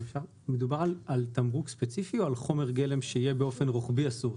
מדובר על תמרוק ספציפי או על חומר גלם שיהיה באופן רוחבי אסור?